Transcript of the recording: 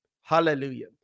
Hallelujah